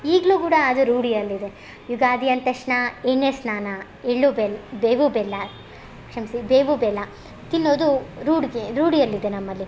ಈಗಲೂ ಕೂಡ ಅದು ರೂಢಿಯಲ್ಲಿದೆ ಯುಗಾದಿ ಅಂದ ತಕ್ಷಣ ಎಣ್ಣೆ ಸ್ನಾನ ಎಳ್ಳು ಬೆಲ್ಲ ಬೇವು ಬೆಲ್ಲ ಕ್ಷಮಿಸಿ ಬೇವು ಬೆಲ್ಲ ತಿನ್ನುವುದು ರೂಢಿ ರೂಢಿಯಲ್ಲಿದೆ ನಮ್ಮಲ್ಲಿ